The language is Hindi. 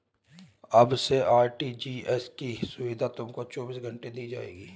अब से आर.टी.जी.एस की सुविधा तुमको चौबीस घंटे दी जाएगी